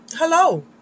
Hello